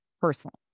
personally